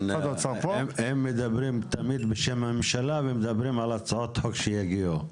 הם מדברים תמיד בשם הממשלה ומדברים על הצעות חוק שיגיעו.